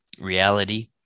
reality